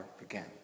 again